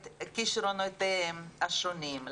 את כישרונותיהם השונים,